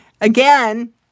again